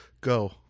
go